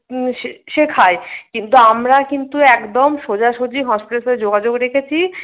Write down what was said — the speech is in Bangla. শেখায় কিন্তু আমরা কিন্তু একদম সোজাসুজি হসপিটালের সাথে যোগাযোগ রেখেছি